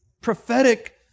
prophetic